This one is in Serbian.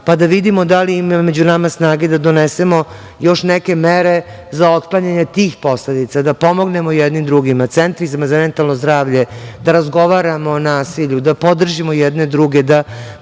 pa da vidimo da li ima među nama snage da donesemo još neke mere za otklanjanje tih posledica, da pomognemo jedni drugima, centrima za mentalno zdravlje, da razgovaramo o nasilju, da podržimo jedni druge, da